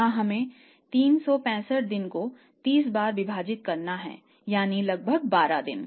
यहां हमें 365 को 30 बार विभाजित करना है यानी लगभग 12 दिन